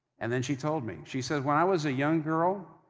and then, she told me, she said, when i was a young girl,